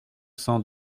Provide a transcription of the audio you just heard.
cent